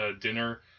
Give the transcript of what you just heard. dinner